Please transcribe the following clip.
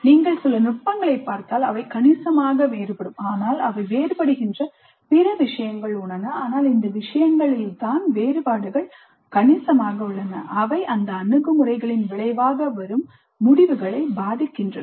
நீங்கள் சில நுட்பங்களை பார்த்தால் அவை கணிசமாக வேறுபடும் ஆனால் அவை வேறுபடுகின்ற பிற விஷயங்கள் உள்ளன ஆனால் இந்த விஷயங்களில் தான் வேறுபாடுகள் கணிசமாக உள்ளன அவை இந்த அணுகுமுறைகளின் விளைவாக வரும் முடிவுகளை பாதிக்கின்றன